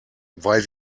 weil